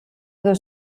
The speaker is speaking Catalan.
dos